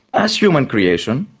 as human creation,